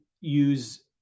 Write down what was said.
use